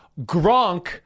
Gronk